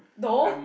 no